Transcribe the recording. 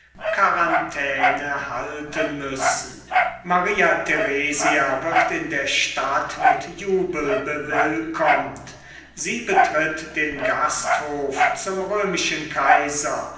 quarantäne halten müssen maria theresia wird in der stadt mit jubel bewillkommt sie betritt den gasthof zum römischen kaiser